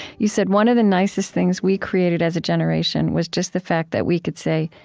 you said, one of the nicest things we created as a generation was just the fact that we could say,